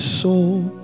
soul